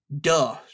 Duh